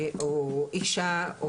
או אישה,